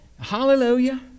Hallelujah